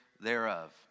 thereof